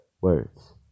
words